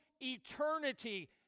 eternity